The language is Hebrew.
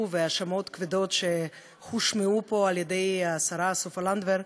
וההאשמות הכבדות שהושמעו פה על-ידי השרה סופה לנדבר,